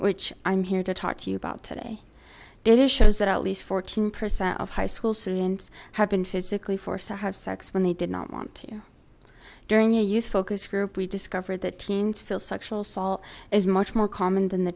which i'm here to talk to you about today data shows that at least fourteen percent of high school students have been physically forced to have sex when they did not want to during a youth focus group we discovered that teens feel sexual assault is much more common than the